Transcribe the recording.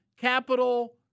capital